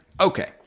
Okay